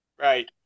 right